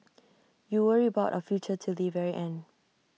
you worry about our future till the very end